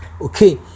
Okay